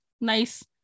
nice